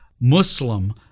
Muslim